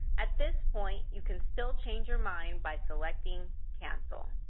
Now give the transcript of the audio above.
at this point, you can still change your mind by selecting cancel.